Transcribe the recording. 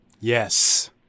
Yes